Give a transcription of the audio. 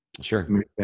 Sure